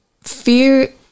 fear